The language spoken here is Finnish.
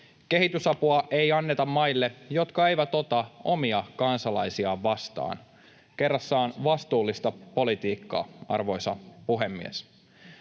Kehitysapua ei anneta maille, jotka eivät ota omia kansalaisiaan vastaan. Kerrassaan vastuullista politiikkaa, arvoisa puhemies.